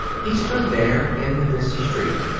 he stood there, in the busy street,